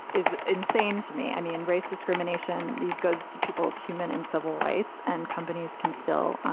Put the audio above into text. is insane to me. i mean, race discrimination. these goes to people's human and civil rights. and companies can still,